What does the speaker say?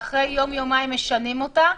ואחרי יום-יומיים משנים אותה.